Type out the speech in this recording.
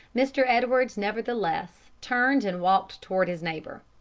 mr. edwards nevertheless turned and walked toward his neighbor.